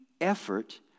effort